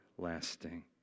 lasting